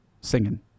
singing